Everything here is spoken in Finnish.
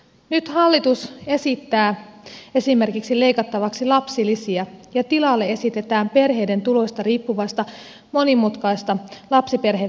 nyt hallitus esittää esimerkiksi leikattavaksi lapsilisiä ja tilalle esitetään perheiden tuloista riippuvaista monimutkaista lapsiperhevähennystä